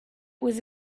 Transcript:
was